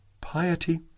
piety